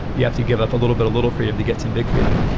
you have to give up a little bit, a little freedom to get some big freedom.